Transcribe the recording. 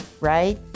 right